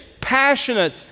passionate